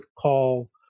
call